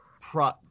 pro